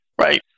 right